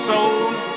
Sold